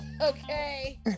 okay